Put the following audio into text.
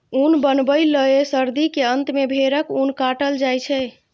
ऊन बनबै लए सर्दी के अंत मे भेड़क ऊन काटल जाइ छै